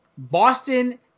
boston